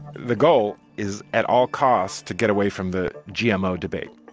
the goal is, at all costs, to get away from the gmo debate.